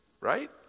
right